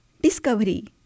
discovery